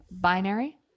binary